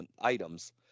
items